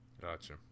gotcha